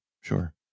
Sure